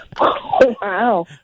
Wow